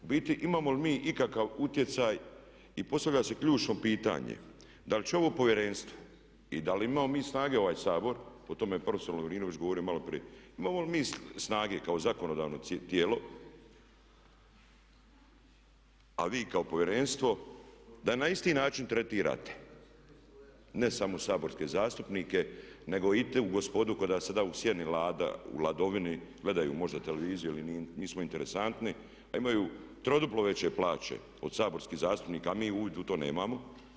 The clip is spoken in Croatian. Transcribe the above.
U biti imamo li mi ikakav utjecaj, postavlja se ključno pitanje da li će ovo povjerenstvo i da li imamo mi snage, ovaj Sabor, o tome je profesor Lovrinović govorio maloprije, imamo li mi snage kao zakonodavno tijelo a vi kao povjerenstvo da na isti način tretirate ne samo saborske zastupnike nego i tu gospodu koji u sjeni hladovine gledaju možda televiziju ili im nismo interesantni, a imaju troduplo veće plaće od saborskih zastupnika a mi to nemamo.